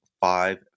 Five